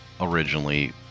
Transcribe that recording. originally